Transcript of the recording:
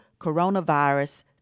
coronavirus